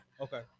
Okay